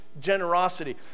generosity